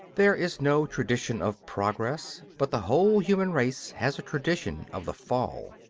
there is no tradition of progress but the whole human race has a tradition of the fall.